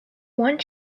one